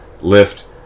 lift